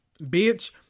Bitch